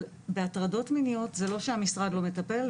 אבל בהטרדות מיניות זה לא שהמשרד לא מטפל,